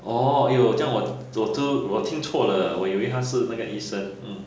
orh !aiyo! 这样我我就我听错了我以为她是那个医生 mm